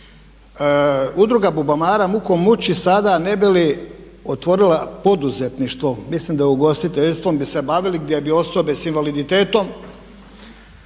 Udruga „Bubamara“ muku muči sada ne bi li otvorila poduzetništvo. Mislim da ugostiteljstvom bi se bavili gdje bi osobe sa invaliditetom